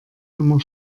immer